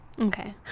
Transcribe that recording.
Okay